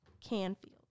Canfield